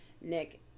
Nick